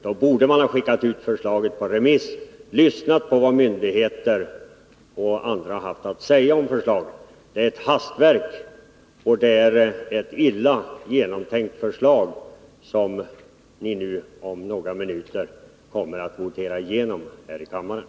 Man borde ha skickat ut förslaget på remiss och lyssnat på vad myndigheter och andra haft att säga om förslaget. Det är ett hastverk och ett illa genomtänkt förslag som ni nu om några minuter kommer att votera igenom här i kammaren.